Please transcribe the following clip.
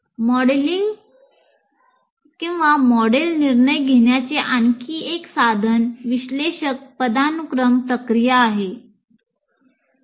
model निर्णय घेण्याचे आणखी एक साधन विश्लेषक पदानुक्रम प्रक्रिया आहे